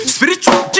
Spiritual